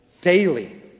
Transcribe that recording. daily